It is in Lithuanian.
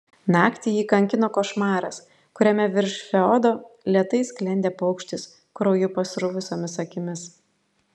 naktį jį kankino košmaras kuriame virš feodo lėtai sklendė paukštis krauju pasruvusiomis akimis